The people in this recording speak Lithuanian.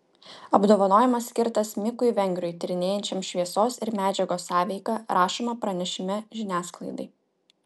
apdovanojimas skirtas mikui vengriui tyrinėjančiam šviesos ir medžiagos sąveiką rašoma pranešime žiniasklaidai